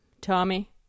tommy